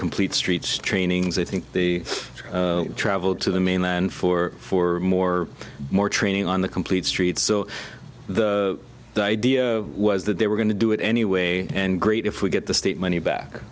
complete streets trainings i think the travel to the mainland for four more more training on the complete streets so the idea was that they were going to do it anyway and great if we get the state money back